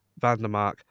Vandermark